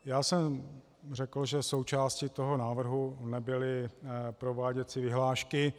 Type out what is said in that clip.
Já jsem řekl, že součástí toho návrhu nebyly prováděcí vyhlášky.